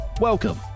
Welcome